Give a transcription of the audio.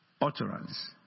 utterance